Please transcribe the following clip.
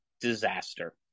disaster